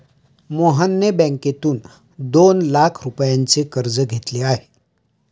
मोहनने बँकेतून दोन लाख रुपयांचे कर्ज घेतले आहे